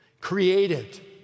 created